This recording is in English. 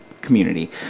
community